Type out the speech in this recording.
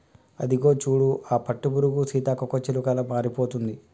అదిగో చూడు ఆ పట్టుపురుగు సీతాకోకచిలుకలా మారిపోతుంది